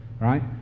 right